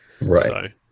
right